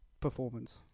Performance